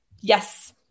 Yes